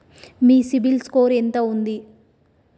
మీ CIBIL score ఎంత ఉంది?